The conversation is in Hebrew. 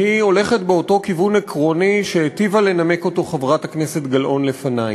שהולכת באותו כיוון עקרוני שהיטיבה לנמק חברת הכנסת גלאון לפני,